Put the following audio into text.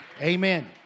Amen